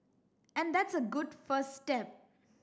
and that's a good first step